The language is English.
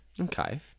Okay